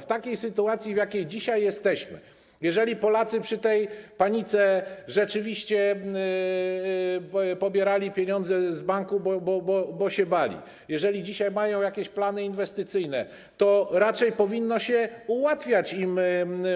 W takiej sytuacji, w jakiej dzisiaj jesteśmy, jeżeli Polacy przy tej panice rzeczywiście pobierali pieniądze z banków, bo się bali, jeżeli dzisiaj mają jakieś plany inwestycyjne, to raczej powinno się im ułatwiać, dawać